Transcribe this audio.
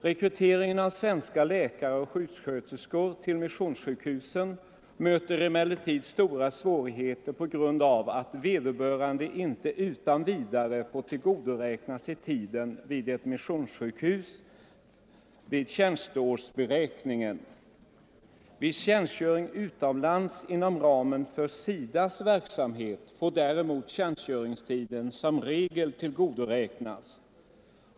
Rekryteringen av svenska läkare och sjuksköterskor till missionssjukhusen möter emellertid stora svårigheter på grund av att vederbörande inte utan vidare får tillgodoräkna sig tiden vid ett missionssjukhus vid tjänstårsberäkningen. Vid tjänstgöring utomlands inom ramen för SIDA:s verksamhet får däremot tjänstgöringstiden som regel tillgodoräknas.